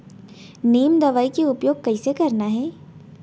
नीम दवई के उपयोग कइसे करना है?